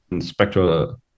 spectral